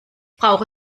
brauche